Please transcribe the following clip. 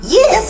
Yes